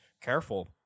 careful